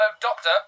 Doctor